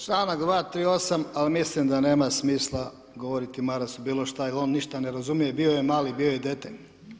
Čl. 238. mislim da nema smisla govoriti Marasu bilo šta jel on ništa ne razumije, bio je mali, bio je dete.